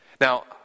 Now